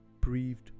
breathed